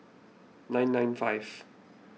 nine nine five